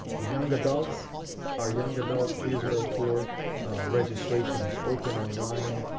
young adults our young adults' israel tour registration is open online.